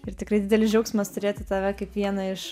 ir tikrai didelis džiaugsmas turėti tave kaip vieną iš